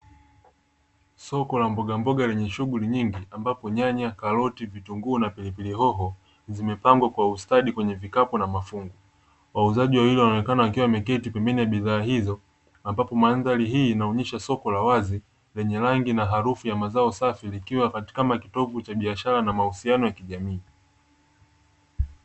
Soko la mbogamboga lenye shughuli nyingi ambapo nyanya, karoti vitunguu ,na pilipili hoho, vimepangwa kwa ustadi kwenye vikapu na mafungu, wauzaji wawili wanaonekana wakiwa wameketi pembeni ya bidhaa hizo ambapo madhali hii inaonyesha soko la wazi lenye rangi na harufu ya mazao safi likiwa na kama kitovu cha biashara na mahusiano ya kijamii.